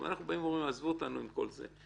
אנחנו אומרים עזבו אותנו עם כל זה.